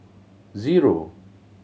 zero